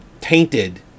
tainted